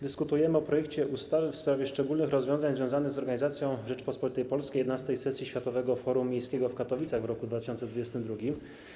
Dyskutujemy o projekcie ustawy o szczególnych rozwiązaniach związanych z organizacją w Rzeczypospolitej Polskiej XI sesji Światowego Forum Miejskiego w Katowicach w roku 2022.